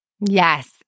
Yes